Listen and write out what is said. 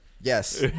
Yes